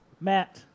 Matt